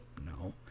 no